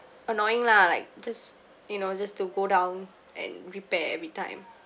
annoying lah like just you know just to go down and repair everytime